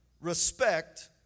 respect